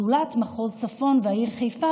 זולת מחוז צפון והעיר חיפה,